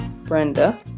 Brenda